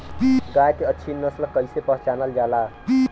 गाय के अच्छी नस्ल कइसे पहचानल जाला?